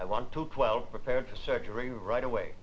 i want to twelve prepared to surgery right away